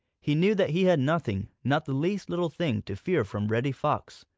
he knew that he had nothing, not the least little thing, to fear from reddy fox.